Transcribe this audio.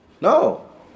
No